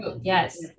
Yes